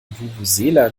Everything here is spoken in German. vuvuzela